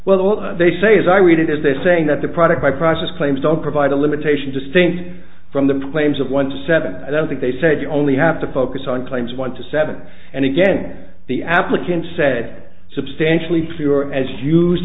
well they say as i read it is they're saying that the product by process claims don't provide a limitation distinct from the planes of one seven i don't think they said you only have to focus on claims went to seven and again the applicants said substantially fewer as used